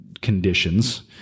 conditions